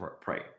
pray